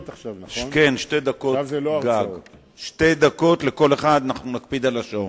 שתי דקות לכל שואל, אנחנו נקפיד על השעון.